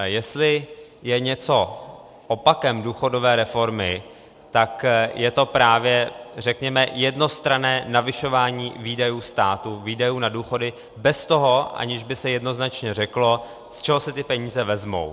Jestli je něco opakem důchodové reformy, tak je to právě řekněme jednostranné navyšování výdajů státu, výdajů na důchody, aniž by se jednoznačně řeklo, z čeho se ty peníze vezmou.